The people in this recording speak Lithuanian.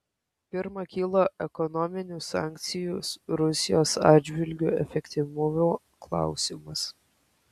pirma kyla ekonominių sankcijų rusijos atžvilgiu efektyvumo klausimas